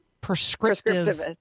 prescriptive